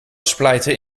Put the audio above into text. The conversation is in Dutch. splijten